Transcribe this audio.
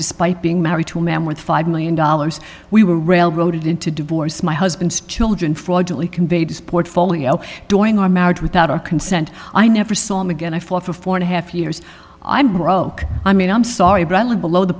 despite being married to a man worth five million dollars we were railroaded into divorce my husband's children fraud only conveyed his portfolio during our marriage without our consent i never saw him again i fought for four and a half years i'm broke i mean i'm sorry bradley below the